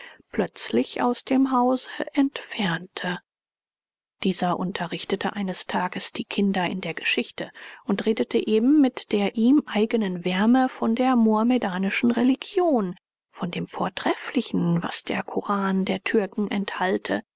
plötzlich aus dem hause entfernte dieser unterrichtete eines tages die kinder in der geschichte und redete eben mit der ihm eigenen wärme von der muhamedanischen religion von dem vortrefflichen was der koran der türken enthalte